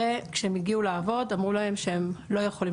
וכשהם הגיעו לעבוד אמרו להם שהם לא יכולים